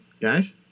guys